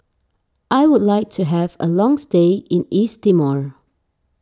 I would like to have a long stay in East Timor